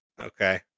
okay